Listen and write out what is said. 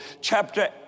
chapter